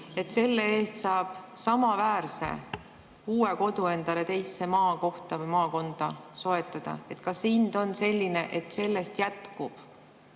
et selle eest saab samaväärse uue kodu endale teise maakohta või maakonda soetada? Kas see hind on selline, et sellest jätkub